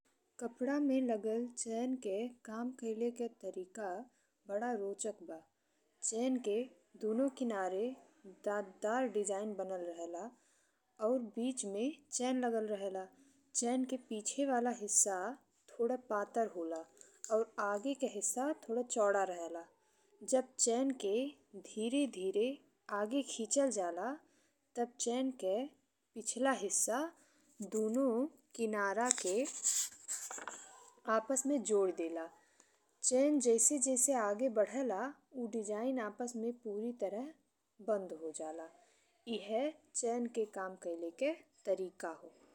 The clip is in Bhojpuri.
कपड़ा में लगल चैन के काम कईले के तरीका बड़ा रोचक बा। चैन के दुनों किनारे दाँतदार डिजाइन बनल रहेला और बीच में चैन लगल रहेला। चैन के पीछे वाला हिस्सा थोड़े पतार होला और आगे के हिस्सा थोड़े चौड़ा रहेला। जब चैन के धीरे धीरे आगे खेचल जाला तब चैन के पिछला हिस्सा दुनों किनारा के आपस में जोड़ी देला। चैन जैसे जैसे आगे बढ़ेला ऊ डिजाइन आपस में पूरी तरह बंद हो जाला। एह चैन के काम कईले के तरीका हो।